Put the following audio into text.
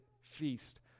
feast